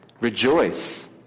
Rejoice